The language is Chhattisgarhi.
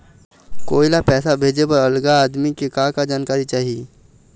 कोई ला पैसा भेजे बर अगला आदमी के का का जानकारी चाही?